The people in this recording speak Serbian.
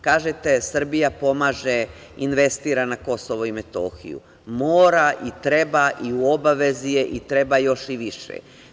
Kažete - Srbija pomaže, investira na KiM, mora i treba i u obavezi je i treba još i više.